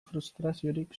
frustraziorik